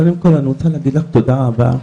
קודם כל אני רוצה להגיד לך תודה רבה,